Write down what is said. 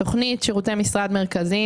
תוכנית שירותי משרד מרכזיים,